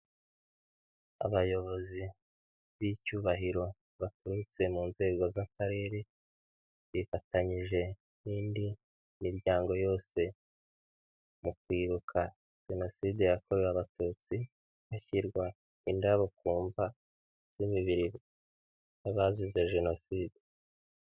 Abayobozi b'icyubahiro baturutse mu nzego z'akarere, bifatanyije n'indi miryango yose mu kwibuka Jenoside yakorewe Abatutsi, hashyirwa indabo ku mva z'imibiri y'abazize Jenoside.